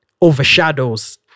overshadows